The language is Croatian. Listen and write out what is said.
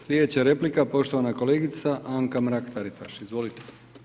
Sljedeća replika, poštovana kolegica Anka Mrak-Taritaš, izvolite.